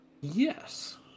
Yes